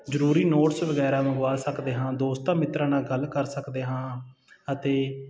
ਜ਼ਰੂਰੀ ਨੋਟਸ ਵਗੈਰਾ ਮੰਗਵਾ ਸਕਦੇ ਹਾਂ ਦੋਸਤਾਂ ਮਿੱਤਰਾਂ ਨਾਲ ਗੱਲ ਕਰ ਸਕਦੇ ਹਾਂ ਅਤੇ